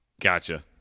Gotcha